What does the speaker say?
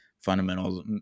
Fundamentals